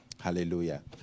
Hallelujah